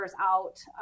out